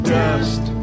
dust